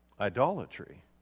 Idolatry